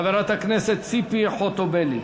חברת הכנסת ציפי חוטובלי.